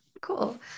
cool